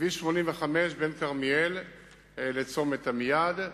כביש 85 בין כרמיאל לצומת עמיעד.